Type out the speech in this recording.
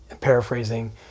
paraphrasing